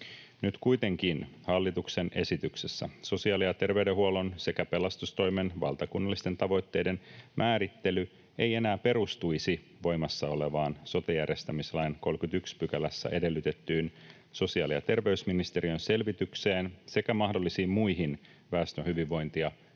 Nyt kuitenkin hallituksen esityksessä sosiaali- ja terveydenhuollon sekä pelastustoimen valtakunnallisten tavoitteiden määrittely ei enää perustuisi voimassa olevan sote-järjestämislain 31 §:ssä edellytettyyn sosiaali- ja terveysministeriön selvitykseen sekä mahdollisiin muihin väestön hyvinvointia